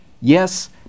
Yes